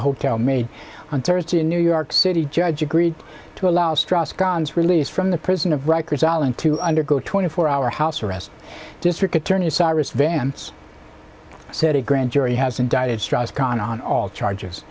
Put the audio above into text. hotel maid on thursday in new york city judge agreed to allow strauss gonds release from the prison of rikers island to undergo twenty four hour house arrest district attorney cyrus vance said a grand jury has indicted strauss kahn on all charges